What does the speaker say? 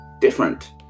different